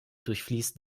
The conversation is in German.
durchfließt